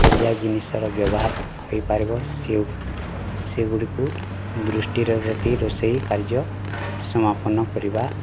ତେଲିଆ ଜିନିଷର ବ୍ୟବହାର ହୋଇ ପାରିବ ସେ ସେ ଗୁଡ଼ିକୁ ଦୃଷ୍ଟିରେ ରଖି ରୋଷେଇ କାର୍ଯ୍ୟ ସମାପନ କରିବା